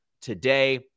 today